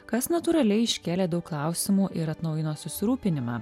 kas natūraliai iškėlė daug klausimų ir atnaujino susirūpinimą